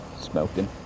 Smoking